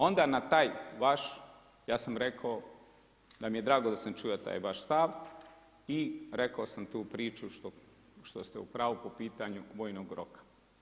Onda na taj vaš ja sam rekao da mi je drago da sam čuo taj vaš stav i rekao sam tu priču što ste u pravu po pitanju vojnog roka.